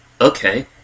Okay